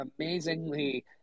amazingly